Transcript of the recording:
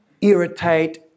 irritate